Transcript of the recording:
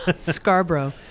Scarborough